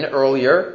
earlier